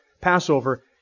Passover